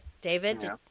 David